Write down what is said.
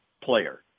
player